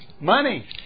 Money